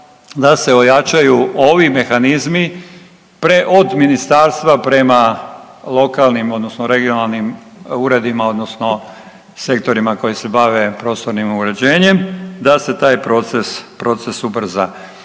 da se ojačaju ovi mehanizmi od ministarstva prema lokalnim odnosno regionalnim uredima odnosno sektorima koji se bave prostornim uređenjem da se taj proces ubrza.